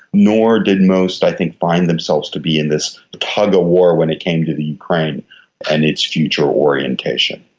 nor did most i think find themselves to be in this tug-of-war when it came to the ukraine and its future orientation.